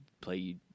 play